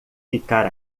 ficar